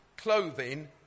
clothing